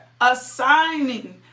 assigning